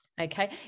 Okay